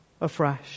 afresh